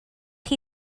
chi